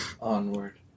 Onward